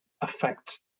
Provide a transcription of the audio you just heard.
affect